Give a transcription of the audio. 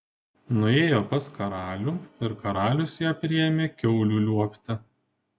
nuėjo pas karalių ir karalius ją priėmė kiaulių liuobti